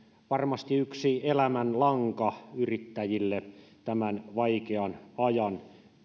varmasti yksi elämänlanka yrittäjille tämän vaikean ajan